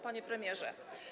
Panie Premierze!